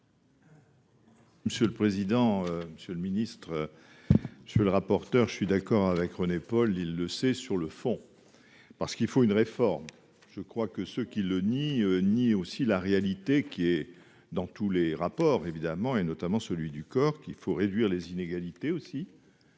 Monsieur le président, Monsieur le Ministre, je le rapporteur, je suis d'accord avec René-Paul il le c'est sur le fond, parce qu'il faut une réforme je crois que ce qui le ni ni aussi la réalité qui est dans tous les rapports évidemment et notamment celui du corps qu'il faut réduire les inégalités, aussi